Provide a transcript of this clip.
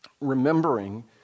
remembering